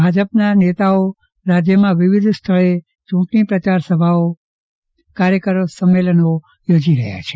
ભાજપના નેતાઓ રાજ્યમાં વિવિદ્ય સ્થળે ચૂંટણી પ્રચાર સભાઓ કાર્યકર સંમેલનો ચોજી રહયા છે